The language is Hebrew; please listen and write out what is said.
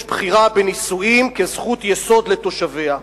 בחירה בנישואים כזכות יסוד לתושביה.